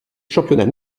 championnat